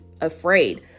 afraid